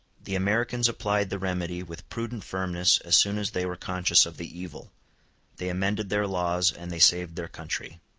the americans applied the remedy with prudent firmness as soon as they were conscious of the evil they amended their laws, and they saved their country.